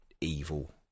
evil